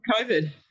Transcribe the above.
COVID